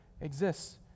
exists